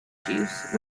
juice